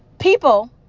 people